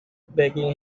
begging